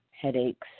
headaches